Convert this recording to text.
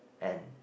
and